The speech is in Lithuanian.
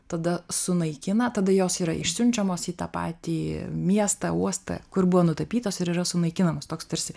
tada sunaikina tada jos yra išsiunčiamos į tą patį miestą uostą kur buvo nutapytos ir yra sunaikinamos toks tarsi